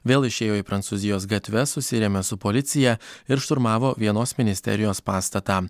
vėl išėjo į prancūzijos gatves susirėmė su policija ir šturmavo vienos ministerijos pastatą